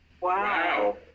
Wow